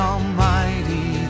Almighty